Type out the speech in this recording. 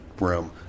room